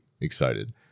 excited